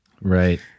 Right